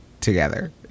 together